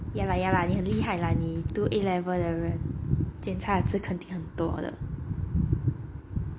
ya lah ya lah 你很厉害啦你读 A level 的人检查的字肯定很多的